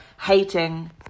hating